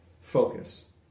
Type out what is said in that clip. focus